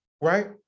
right